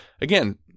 again